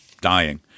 dying